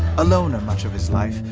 a loner much of his life,